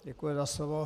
Děkuji za slovo.